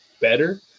better